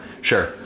Sure